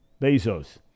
Bezos